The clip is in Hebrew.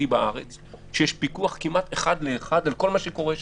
בארץ שיש פיקוח כמעט אחד לאחד על כל מה שקורה שם,